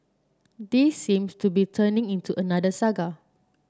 this seems to be turning into another saga